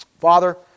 Father